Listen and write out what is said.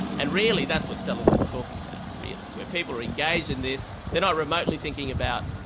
and really that's what seligman's talking about, really. where people are engaged in this, they're not remotely thinking about,